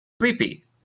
Sleepy